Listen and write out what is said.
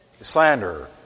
slander